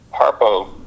harpo